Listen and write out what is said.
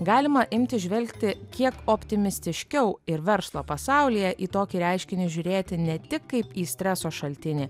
galima imti žvelgti kiek optimistiškiau ir verslo pasaulyje į tokį reiškinį žiūrėti ne tik kaip į streso šaltinį